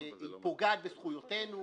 היא פוגעת זכויותינו,